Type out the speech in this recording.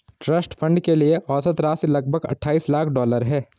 trust fund के लिए औसत राशि लगभग अट्ठाईस लाख डॉलर है